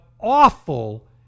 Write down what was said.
awful